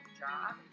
job